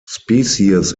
species